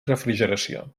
refrigeració